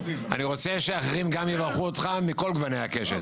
אני רוצה שגם אחרים יברכו אותך מכל גווני הקשת.